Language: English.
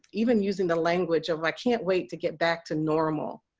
even using the language of i can't wait to get back to normal.